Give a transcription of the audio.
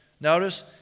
Notice